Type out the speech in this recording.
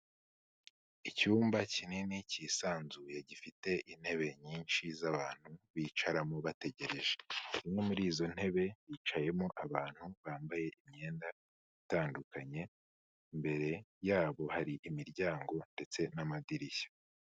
Icyumba kinini cyisanzuye gifite intebe nyinshi z'abantu bicaramo bategereje, imwe muri izo ntebe hicayemo abantu bambaye imyenda itandukanye, imbere yabo hari imiryango ndetse n'amadirishya.